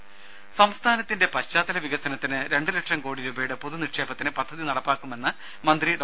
രുമ സംസ്ഥാനത്തിന്റെ പശ്ചാത്തല വികസനത്തിന് രണ്ട് ലക്ഷം കോടി രൂപയുടെ പൊതുനിക്ഷേപത്തിന് പദ്ധതി നടപ്പാക്കുമെന്ന് മന്ത്രി ഡോ